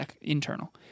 internal